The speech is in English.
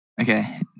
Okay